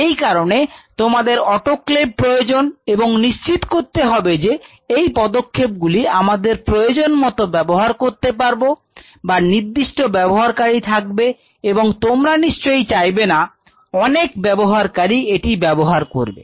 এই কারণে তোমাদের অটোক্লেভ প্রয়োজন এবং নিশ্চিত করতে হবে যে এই পদক্ষেপ গুলি আমাদের প্রয়োজন মত ব্যাবহার করতে পারব বা নির্দিষ্ট ব্যবহারকারী থাকবে এবং তোমরা নিশ্চয়ই চাইবে না অনেক ব্যবহারকারী এটি ব্যবহার করবে